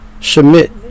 submit